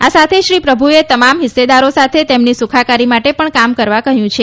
આ સાથે શ્રી પ્રભુએ તમામ હિસ્સેદારો સાથે તેમની સુખાકારી માટે પણ કામ કરવા કહ્યું છે